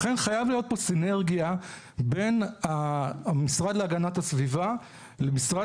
חייב להיות פה סינרגיה בין המשרד להגנת הסביבה למשרד